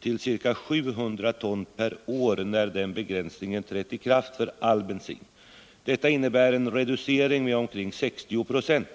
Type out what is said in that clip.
till ca 700 ton per år när begränsningen trätt i kraft för all bensin. Detta innebär en reducering med omkring 60 96.